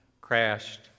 crashed